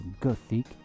Gothic